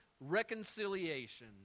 reconciliation